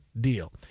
deal